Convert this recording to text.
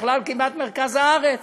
בכלל כמעט מרכז הארץ,